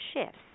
shifts